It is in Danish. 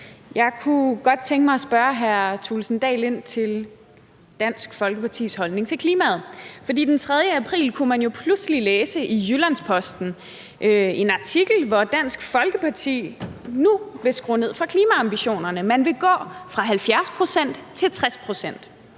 Jeg kunne godt tænke mig at spørge hr. Kristian Thulesen Dahl om Dansk Folkepartis holdning til klimaet. For den 3. april kunne man jo pludselig læse i Jyllands-Posten en artikel om, at Dansk Folkeparti nu vil skrue ned for klimaambitionerne; man vil gå fra 70 pct. til 60